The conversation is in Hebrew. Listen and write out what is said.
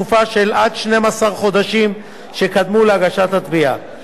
של עד 12 חודשים שקדמו להגשת התביעה,